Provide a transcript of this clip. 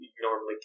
normally